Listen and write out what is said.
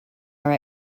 are